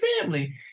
family